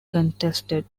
contested